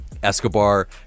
Escobar